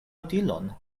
utilon